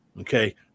Okay